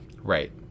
Right